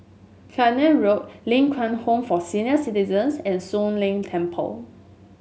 Clacton Road Ling Kwang Home for Senior Citizens and Soon Leng Temple